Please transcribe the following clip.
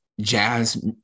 jazz